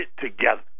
together